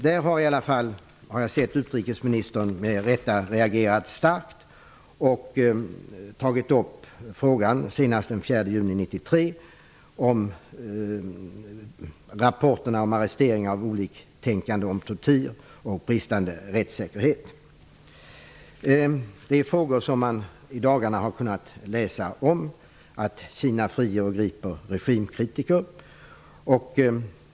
Där har jag i alla fall sett att utrikesministern, senast den 4 juni 1993, med rätta har reagerat starkt och tagit upp rapporterna om arresteringar av oliktänkande, tortyr och bristande rättssäkerhet. Det är frågor som man i dagarna har kunnat läsa om. Kina friar och griper regimkritiker.